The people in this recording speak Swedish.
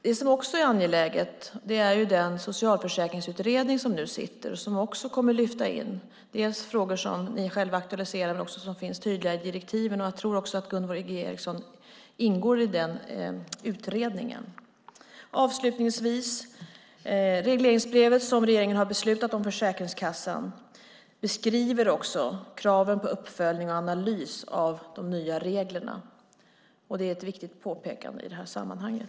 Det som också är angeläget är den socialförsäkringsutredning som nu sitter och som kommer att lyfta in frågor som ni själva aktualiserar och som finns tydliga i direktiven. Jag tror också att Gunvor G Ericson ingår i den utredningen. Avslutningsvis beskriver också det regleringsbrev till Försäkringskassan som regeringen har beslutat om kraven på uppföljning och analys av de nya reglerna. Det är ett viktigt påpekande i det här sammanhanget.